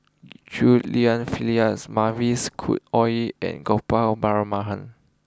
Chew Lian Phyllis Mavis Khoo Oei and Gopal